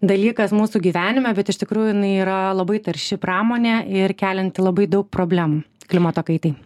dalykas mūsų gyvenime bet iš tikrųjų jinai yra labai tarši pramonė ir kelianti labai daug problemų klimato kaitai